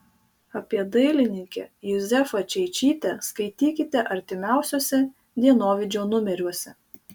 apie dailininkę juzefą čeičytę skaitykite artimiausiuose dienovidžio numeriuose